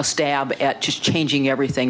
a stab at just changing everything